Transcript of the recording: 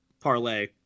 parlay